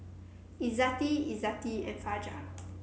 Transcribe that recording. Izzati Izzati and Fajar